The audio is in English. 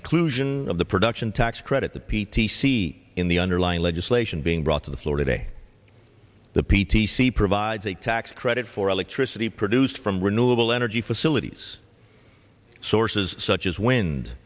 inclusion of the production tax credit the p t c in the underlying legislation being brought to the floor today the p t c provides a tax credit for electricity produced from renewable energy facilities sources such as wind